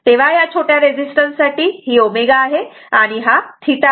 तेव्हा या छोट्या रेझिस्टन्स साठी ही ω आहे आणि हा θ आहे